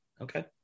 Okay